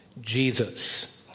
Jesus